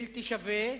בלתי שווה,